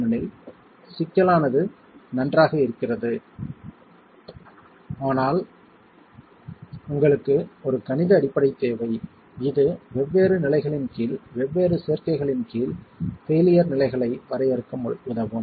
ஏனெனில் சிக்கலானது நன்றாக இருக்கிறது ஆனால் உங்களுக்கு ஒரு கணித அடிப்படை தேவை இது வெவ்வேறு நிலைகளின் கீழ் வெவ்வேறு சேர்க்கைகளின் கீழ் பெயிலியர் நிலைகளை வரையறுக்க உதவும்